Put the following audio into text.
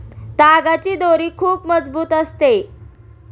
तागाची दोरी खूप मजबूत असते